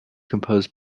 composed